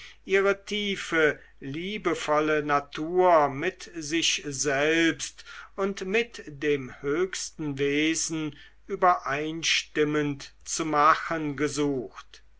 ihre tiefe liebevolle natur mit sich selbst und mit dem höchsten wesen übereinstimmend zu machen gesucht